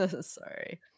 sorry